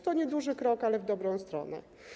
To nieduży krok, ale w dobrą stronę.